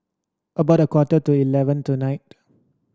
about a quarter to eleven tonight